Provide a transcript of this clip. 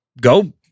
Go